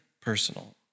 personal